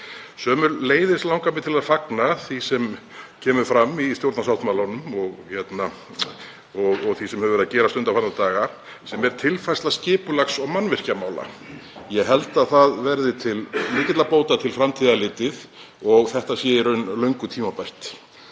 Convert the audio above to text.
bóta. Mig langar sömuleiðis að fagna því sem kemur fram í stjórnarsáttmálanum og því sem verið hefur að gerast undanfarna daga, sem er tilfærsla skipulags- og mannvirkjamála. Ég held að það verði til mikilla bóta til framtíðar litið og þetta sé í raun löngu tímabært.